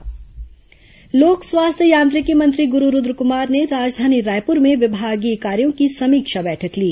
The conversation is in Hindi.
समीक्षा बैठक लोक स्वास्थ्य यांत्रिकी मंत्री गुरू रूद्रक्मार ने राजधानी रायपुर में विभागीय कार्यों की समीक्षा बैठक ली